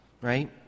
Right